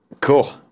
Cool